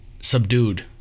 subdued